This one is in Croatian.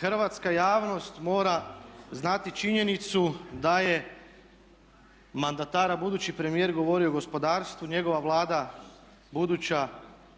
hrvatska javnost mora znati činjenicu da je mandatar, a budući premijer govori o gospodarstvu, njegova Vlada buduća